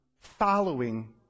following